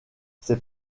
ces